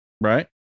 right